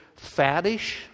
faddish